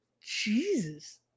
Jesus